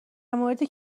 مورد